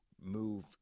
move